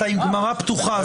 אתה עם גמרא פתוחה,